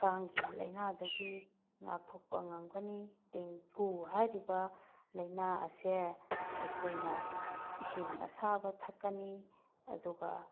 ꯀꯥꯡꯒꯤ ꯂꯩꯅꯥꯗꯒꯤ ꯉꯥꯛꯊꯣꯛꯄ ꯉꯝꯒꯅꯤ ꯗꯦꯡꯒꯨ ꯍꯥꯏꯔꯤꯕ ꯂꯩꯅꯥ ꯑꯁꯦ ꯑꯩꯈꯣꯏꯅ ꯏꯁꯤꯡ ꯑꯁꯥꯕ ꯊꯛꯀꯅꯤ ꯑꯗꯨꯒ